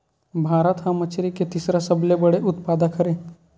भारत हा मछरी के तीसरा सबले बड़े उत्पादक हरे